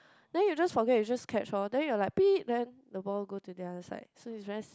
then you just forget you just catch orh then you're like then the ball go to the other side so is very